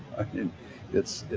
i mean it's,